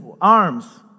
arms